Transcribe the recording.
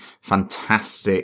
fantastic